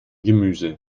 gemüse